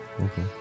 Okay